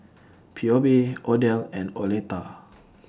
Pheobe Odell and Oleta